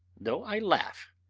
though i laugh.